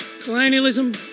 colonialism